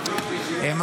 כך הוצאה מחוץ לחוק.